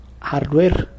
hardware